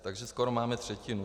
Takže skoro máme třetinu.